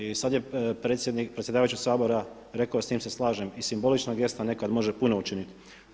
I sada je predsjedavajući Sabora rekao s tim se slažem i simbolična gesta nekad može puno učiniti.